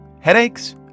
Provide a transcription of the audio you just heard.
Headaches